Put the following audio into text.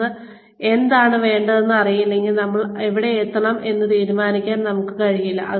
നമുക്ക് എന്താണ് വേണ്ടതെന്ന് അറിയില്ലെങ്കിൽ നമ്മൾ എവിടെ എത്തണം എന്ന് തീരുമാനിക്കാൻ നമുക്ക് കഴിയില്ല